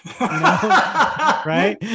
right